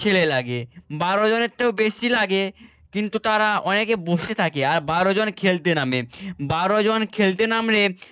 ছেলে লাগে বারো জনের থেকেও বেশি লাগে কিন্তু তারা অনেকে বসে থাকে আর বারো জন খেলতে নামে বারো জন খেলতে নামলে